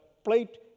plate